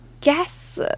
guess